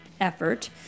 effort